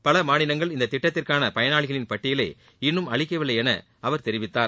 பல மாநிலங்கள் இந்தத் திட்டத்திற்கான பயனாளிகளின் பட்டியலை இன்னும் அளிக்கவில்லை என அவர் தெரிவித்தார்